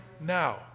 now